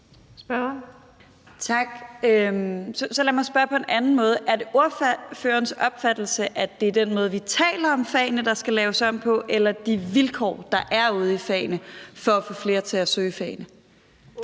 Er det ordførerens opfattelse, at det er den måde, vi taler om fagene, der skal laves om på, eller er det de vilkår, der er ude i fagene, for at få flere til at søge fagene?